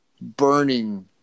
burning